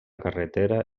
carretera